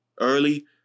early